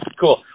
Cool